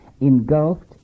engulfed